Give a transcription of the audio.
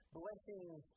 blessings